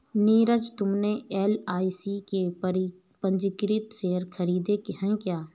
नीरज तुमने एल.आई.सी के पंजीकृत शेयर खरीदे हैं क्या?